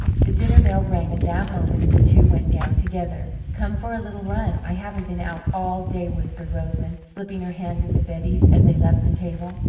the dinner-bell rang at that moment, and the two went down together. come for a little run i haven't been out all day, whispered rosamond, slipping her hand into betty's as they left the table.